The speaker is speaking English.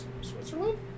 Switzerland